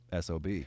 sob